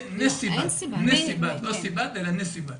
לא סיבת אלא נסיבת.